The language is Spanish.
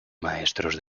maestros